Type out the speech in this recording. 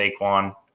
Saquon